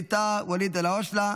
ווליד טאהא,